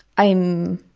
i'm